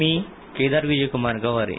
मी Kedar Vijaykumar Gaware